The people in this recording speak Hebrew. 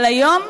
אבל היום,